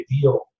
deal